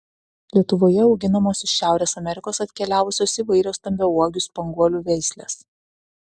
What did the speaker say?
lietuvoje auginamos iš šiaurės amerikos atkeliavusios įvairios stambiauogių spanguolių veislės